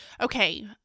Okay